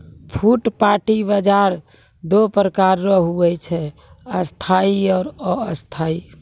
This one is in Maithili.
फुटपाटी बाजार दो प्रकार रो हुवै छै स्थायी आरु अस्थायी